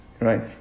right